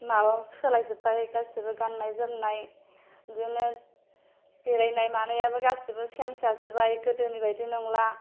माबा सोलाय जोब्बाय गासैबो गाननाय जोमनाय बिदिनो बेरायनाय मानायाबो गासैबो चेन्ज जाजोब्बाय गोदोनि बायदि नंला